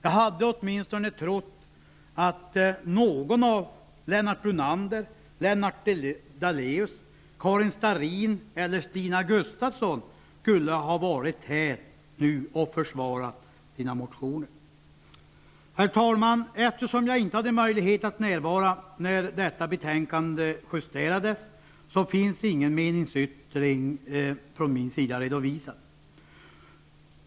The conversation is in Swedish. Jag hade åtminstone trott att någon av Lennart Stina Gustavsson nu skulle ha varit här och försvarat sina motioner. Herr talman! Eftersom jag inte hade möjlighet att närvara när detta betänkande justerades, finns ingen meningsyttring redovisad från min sida.